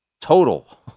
total